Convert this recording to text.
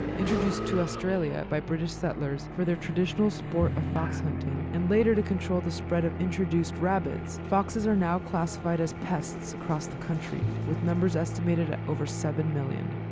introduced to australia by british settlers for their traditional sport of fox hunting and later to control the spread of introduced rabbits, foxes are now classified as pests across the country, with numbers estimated at over seven million.